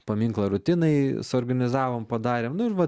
paminklą rutinai suorganizavom padarėm nu ir va